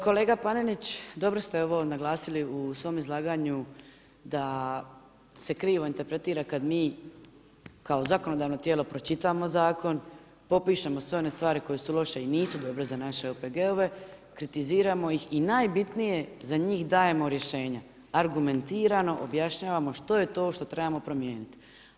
Kolega Panenić, dobro ste ovo naglasili u svom izlaganju da se krivo interpretira kad mi kao zakonodavno tijelo pročitamo zakon, popišemo sve one stvari koje su loše i nisu dobre za naše OPG-ove, kritiziramo ih i najbitnije za njih dajemo rješenja, argumentirano objašnjavamo što je to što trebamo promijeniti.